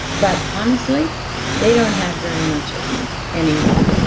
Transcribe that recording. but honestly they don't have very much of me anymore.